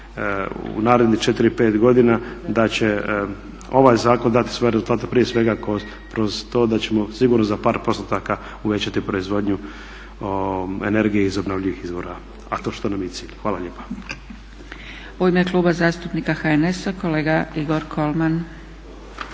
u narednih 4, 5 godina da će ovaj zakon dati svoje rezultate prije svega kroz to da ćemo sigurno za par postotaka uvećati proizvodnju energije iz obnovljivih izvora a to što nam je i cilj. Hvala lijepa.